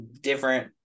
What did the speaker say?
different